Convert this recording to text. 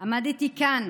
עמדתי כאן